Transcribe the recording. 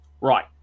Right